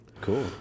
Cool